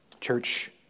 Church